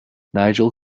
nigel